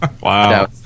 Wow